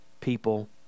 people